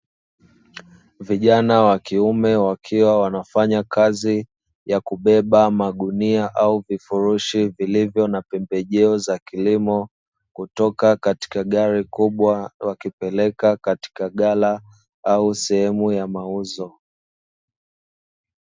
Vijana wa kiume wakiwa wanafanya kazi ya kubeba magunia au vifurushi, vilivyo na pembejeo za kilimo kutoka katika gari kubwa wakipeleka katika ghala au sehemu ya mauzo.